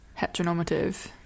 Heteronormative